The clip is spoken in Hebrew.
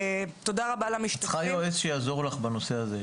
את צריכה יועץ שיעזור לך בנושא הזה,